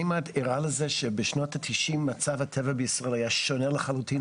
האם את ערה לזה שבשנות ב-90 מצב הטבע בישראל היה שונה לחלוטין?